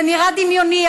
זה נראה דמיוני,